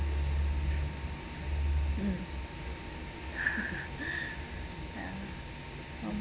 mm